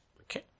Okay